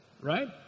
Right